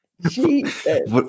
Jesus